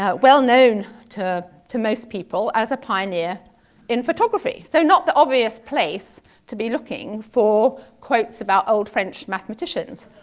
well known to to most people as a pioneer in photography. so not the obvious place to be looking for quotes about old french mathematicians.